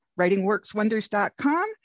writingworkswonders.com